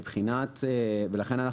לכן,